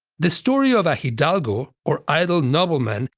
the story of a hidalgo, or idle nobleman,